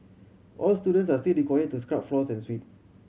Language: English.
all students are still required to scrub floors and sweep